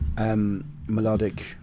melodic